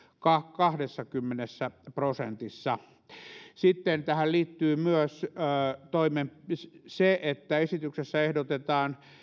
kahdessakymmenessä prosentissa tähän liittyy myös se että esityksessä ehdotetaan